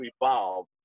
evolve